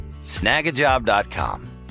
snagajob.com